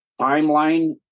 Timeline